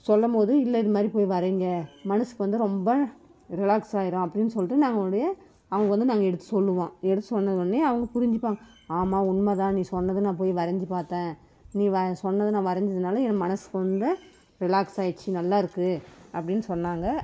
சொல்லும்போது இல்லை இதுமாதிரி போய் வரைங்க மனதுக்கு வந்து ரொம்ப ரிலாக்ஸ் ஆகிரும் அப்படின்னு சொல்லிட்டு நாங்கள் உடைய அவங்களுக்கு வந்து நாங்கள் எடுத்து சொல்வோம் எடுத்து சொன்னவொன்னே அவங்க புரிஞ்சுப்பாங்க ஆமாம் உண்மை தான் நீ சொன்னதும் நான் போய் வரைஞ்சி பார்த்தேன் நீ வ சொன்னதும் நான் வரைஞ்சதுனால என் மனதுக்கு இந்த ரிலாக்ஸ் ஆகிடுச்சி நல்லா இருக்குது அப்படின்னு சொன்னாங்க